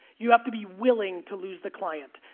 you have to be willing to lose the client,